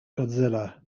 godzilla